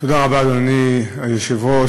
אדוני היושב-ראש,